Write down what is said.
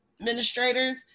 administrators